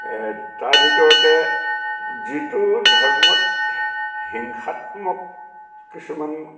তাৰ ভিতৰতে যিটো ধৰ্মত হিংসাত্মক কিছুমান